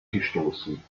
gestoßen